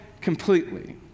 completely